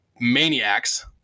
maniacs